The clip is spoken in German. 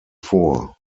vor